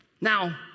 Now